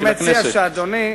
אני מציע שאדוני,